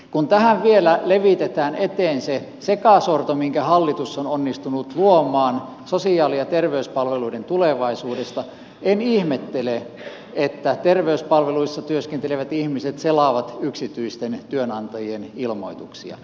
kun tähän vielä levitetään eteen se sekasorto minkä hallitus on onnistunut luomaan sosiaali ja terveyspalveluiden tulevaisuudesta en ihmettele että terveyspalveluissa työskentelevät ihmiset selaavat yksityisten työnantajien ilmoituksia